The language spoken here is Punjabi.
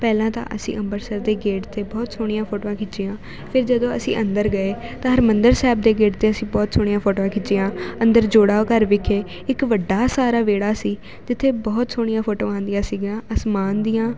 ਪਹਿਲਾਂ ਤਾਂ ਅਸੀਂ ਅੰਮ੍ਰਿਤਸਰ ਦੇ ਗੇਟ 'ਤੇ ਬਹੁਤ ਸੋਹਣੀਆਂ ਫੋਟੋਆਂ ਖਿੱਚੀਆਂ ਫਿਰ ਜਦੋਂ ਅਸੀਂ ਅੰਦਰ ਗਏ ਤਾਂ ਹਰਿਮੰਦਰ ਸਾਹਿਬ ਦੇ ਗੇਟ 'ਤੇ ਅਸੀਂ ਬਹੁਤ ਸੋਹਣੀਆਂ ਫੋਟੋਆਂ ਖਿੱਚੀਆਂ ਅੰਦਰ ਜੋੜਾ ਘਰ ਵਿਖੇ ਇੱਕ ਵੱਡਾ ਸਾਰਾ ਵਿਹੜਾ ਸੀ ਜਿੱਥੇ ਬਹੁਤ ਸੋਹਣੀਆਂ ਫੋਟੋਆਂ ਆਉਂਦੀਆਂ ਸੀਗੀਆਂ ਅਸਮਾਨ ਦੀਆਂ